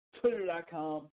Twitter.com